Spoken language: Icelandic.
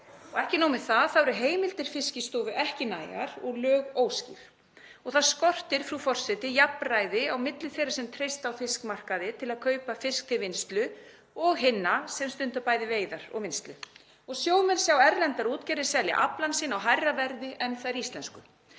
Ekki nóg með það, þá eru heimildir Fiskistofu ekki nægar og lög óskýr. Það skortir, frú forseti, jafnræði á milli þeirra sem treysta á fiskmarkaði til að kaupa fisk til vinnslu og hinna sem stunda bæði veiðar og vinnslu, og sjómenn sjá erlendar útgerðir selja aflann sinn á hærra verði en þær íslensku.